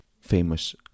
famous